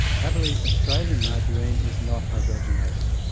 happily australian margarine is not hydrogenated.